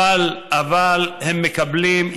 אבל הם מקבלים,